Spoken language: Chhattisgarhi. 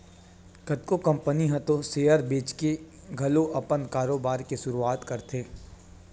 कतको कंपनी ह तो सेयर बेंचके घलो अपन कारोबार के सुरुवात करथे